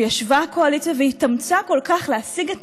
וישבה הקואליציה והתאמצה כל כך להשיג את